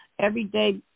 everyday